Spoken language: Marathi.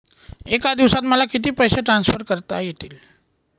एका दिवसात मला किती पैसे ट्रान्सफर करता येतील?